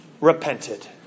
repented